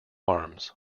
arms